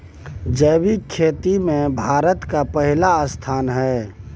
जैविक खेती में भारत के पहिला स्थान हय